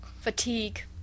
Fatigue